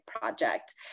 project